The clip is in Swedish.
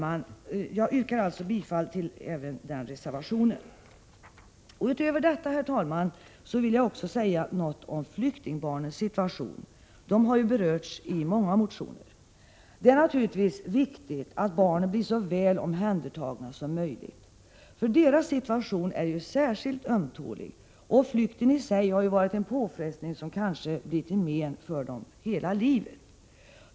Jag yrkar bifall till den reservationen. Utöver detta, herr talman, vill jag också säga något om flyktingbarnens situation, som har berörts i flera motioner. Det är naturligtvis viktigt att barnen blir så väl omhändertagna som möjligt. Deras situation är ju särskilt ömtålig, och flykten i sig har varit en påfrestning som kan ge men för hela livet.